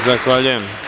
Zahvaljujem.